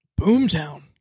Boomtown